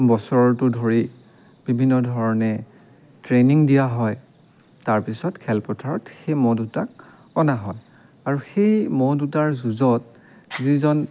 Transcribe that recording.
বছৰটো ধৰি বিভিন্ন ধৰণে ট্ৰেইনিং দিয়া হয় তাৰ পিছত খেল পথাৰত সেই ম'হ দুটাক অনা হয় আৰু সেই ম'হ দুটাৰ যুঁজত যিজন